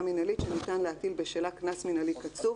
מנהלית שניתן להטיל בשלה קנס מנהלי קצוב,